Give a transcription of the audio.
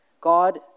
God